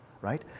right